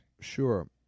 Sure